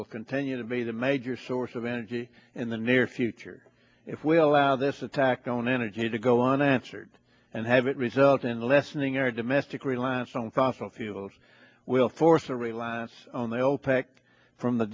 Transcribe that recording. will continue to be the major source of energy in the near future if we allow this attack on energy to go unanswered and have it result in lessening our domestic reliance on fossil fuels will f